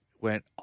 went